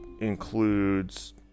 includes